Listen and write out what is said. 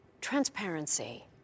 transparency